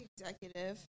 Executive